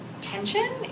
tension